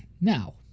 now